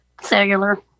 cellular